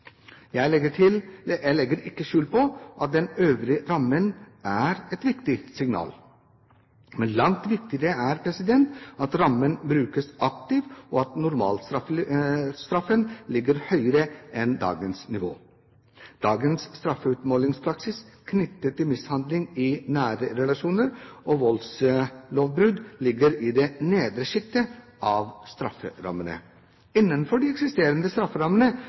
Jeg legger ikke skjul på at den øvre rammen er et viktig signal. Men langt viktigere er det at rammen brukes aktivt, og at normalstraffen ligger høyere enn dagens nivå. Dagens straffeutmålingspraksis knyttet til mishandling i nære relasjoner og voldslovbrudd ligger i det nedre sjiktet av strafferammene. Innenfor de eksisterende strafferammene